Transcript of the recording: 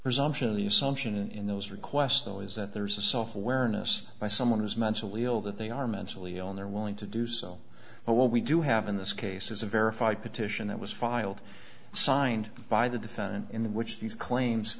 presumption the assumption in those requests though is that there's a software innes by someone who's mentally ill that they are mentally ill and they're willing to do so but what we do have in this case is a verified petition that was filed signed by the defendant in the which these claims